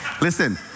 Listen